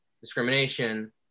discrimination